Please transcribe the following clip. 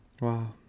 wow